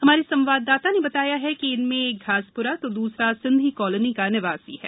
हमारे संवाददाता वे बताया है कि इनमें एक घासप्रा तो दूसरा सिंधी कॉलोनी का निवासी है